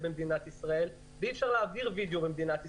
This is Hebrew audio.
במדינת ישראל ואי אפשר להעביר וידאו במדינת ישראל.